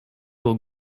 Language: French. aux